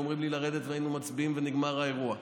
היו אומרים לי לרדת והיינו מצביעים ונגמר האירוע.